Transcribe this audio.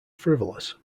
frivolous